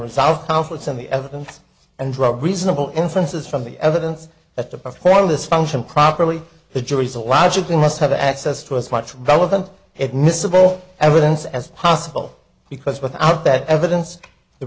resolve conflicts on the evidence and drug reasonable inferences from the evidence that the perform this function properly the jury is a logical must have access to as much relevant admissible evidence as possible because without that evidence the